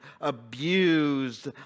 abused